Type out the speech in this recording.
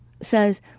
says